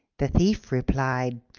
the thief replied,